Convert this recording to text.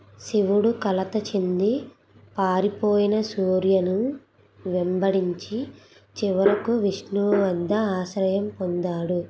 శివుడు కలత చెంది పారిపోయిన సూర్యను వెంబడించి చివరకు విష్ణువు వద్ద ఆశ్రయం పొందాడు